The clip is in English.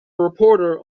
reporter